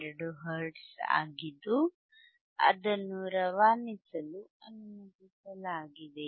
2 hertz ಆಗಿದ್ದು ಅದನ್ನು ರವಾನಿಸಲು ಅನುಮತಿಸಲಾಗಿದೆ